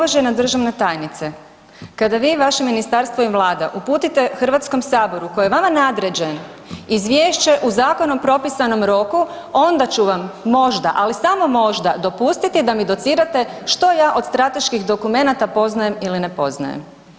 Uvažena državna tajnice, kada vi i vaše ministarstvo i vlada uputite HS koji je vama nadređen izvješće u zakonom propisanom roku onda ću vam možda, ali samo možda, dopustiti da mi docirate što ja od strateških dokumenata poznajem ili ne poznajem.